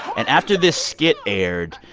and after this skit aired,